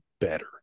better